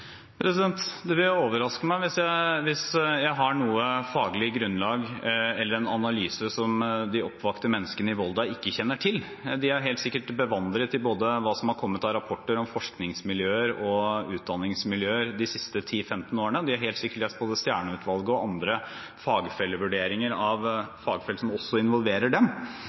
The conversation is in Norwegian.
Det vil overraske meg hvis jeg har noe faglig grunnlag eller en analyse som de oppvakte menneskene i Volda ikke kjenner til. De er helt sikkert bevandret i hva som har kommet av rapporter om både forskningsmiljøer og utdanningsmiljøer de siste 10–15 årene. De har helt sikkert lest både Stjernø-utvalget og andre fagfellevurderinger av fagfelt som også involverer dem.